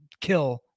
kill